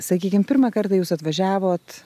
sakykim pirmą kartą jūs atvažiavot